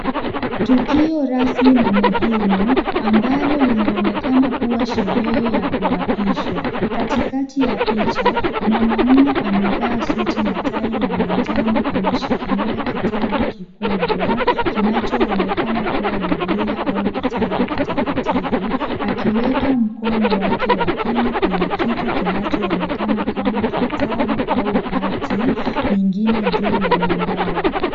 Tukio rasmi na muhimu ambalo linaonekana kuwa sherehe ya kuapishwa. Katikakati ya picha, mwanamume amevaa suti na tai ya manjano ameshikilia kitabu kikubwa kinachoonekana kuwa biblia au kitabu kitakatifu akiweka mkono wake wa pili kwenye kitu kinachoonekana kama kitabu au hati nyingine juu ya mimbari.